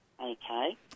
Okay